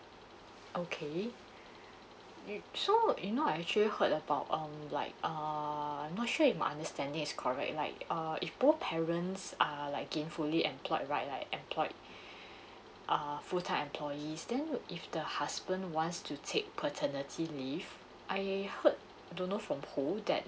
okay you so you know I actually heard about um like err I'm not sure if my understanding is correct like uh if both parents are like in fully employed right like employed err full time employees then if the husband wants to take paternity leave I heard don't know from who that